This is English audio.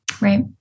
right